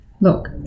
Look